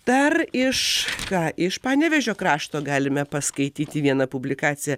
dar iš ką iš panevėžio krašto galime paskaityti vieną publikaciją